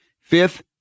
Fifth